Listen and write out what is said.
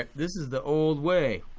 ah this is the old way.